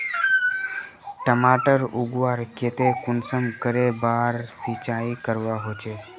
टमाटर उगवार केते कुंसम करे बार सिंचाई करवा होचए?